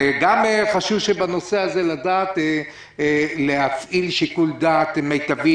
וגם חשוב בנושא הזה לדעת להפעיל שיקול דעת מיטבי